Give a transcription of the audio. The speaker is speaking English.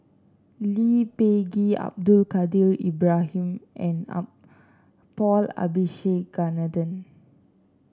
Lee Peh Gee Abdul Kadir Ibrahim and Paul Abisheganaden